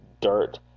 dirt